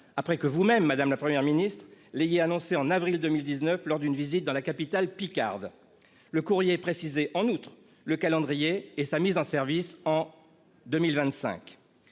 après que vous-même, madame la Première ministre, l'avez annoncé en avril 2019 lors d'une visite dans la capitale picarde. Le courrier précisait en outre le calendrier de ce chantier, en